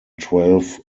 twelve